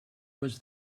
was